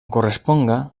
corresponga